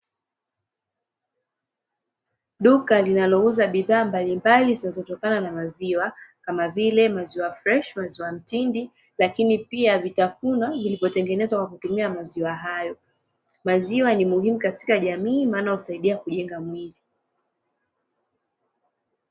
Duka linalo uza bidhaa mbalimbali zinazotokana na maziwa kama vile: maziwa freshi, maziwa mtindi lakini pia vitafunywa vilivyo tengemezwa kutokana na maziwa hayo, maziwa ni muhimu katika jamii maana husaidia katika kujenga mwili.